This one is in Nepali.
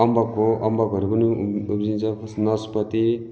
अम्बक हो अम्बकहरू पनि उब्जिन्छ नस्पति